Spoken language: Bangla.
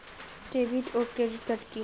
ডেভিড ও ক্রেডিট কার্ড কি?